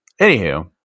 anywho